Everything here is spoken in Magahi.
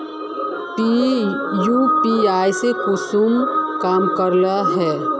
यु.पी.आई कुंसम काम करे है?